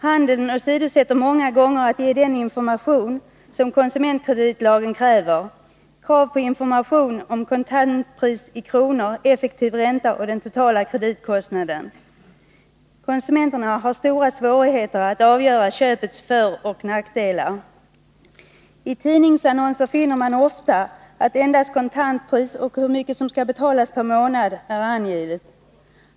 Handeln åsidosätter många gånger att ge den information som konsumentkreditlagen kräver — information om kontantpris i kronor, effektiv ränta och den totala kreditkostnaden. Konsumenterna har stora svårigheter att avgöra köpets föroch nackdelar. I tidningsannonser finner man ofta att endast kontantpris och hur mycket som skall betalas per månad är angivet.